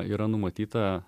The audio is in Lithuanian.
yra numatyta